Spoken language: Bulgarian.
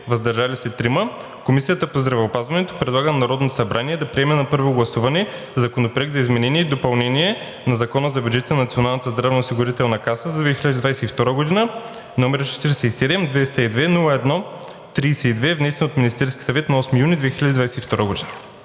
„въздържал се“ 3, Комисията по здравеопазването предлага на Народното събрание да приеме на първо гласуване Законопроект за изменение и допълнение на Закона за бюджета на Националната здравноосигурителна каса за 2022 г., № 47-202-01-32, внесен от Министерския съвет на 8 юни 2022 г.“